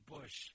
Bush